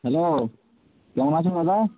hello কেমন আছ দাদা